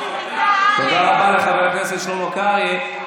תודה רבה לחבר הכנסת שלמה קרעי.